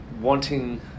wanting